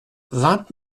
vingt